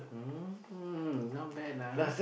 mmhmm not bad ah